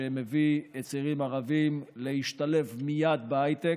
שמביא צעירים ערבים להשתלב מייד בהייטק,